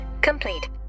complete